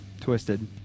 twisted